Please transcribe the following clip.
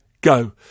Go